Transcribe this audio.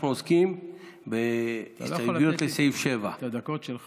אנחנו עוסקים בהסתייגויות לסעיף 7. אתה לא יכול לתת לי את הדקות שלך?